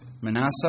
Manasseh